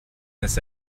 this